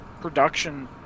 production